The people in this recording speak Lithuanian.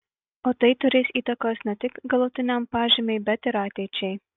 o tai turės įtakos ne tik galutiniam pažymiui bet ir ateičiai